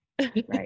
Right